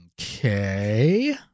Okay